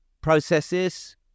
Processes